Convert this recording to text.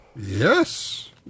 Yes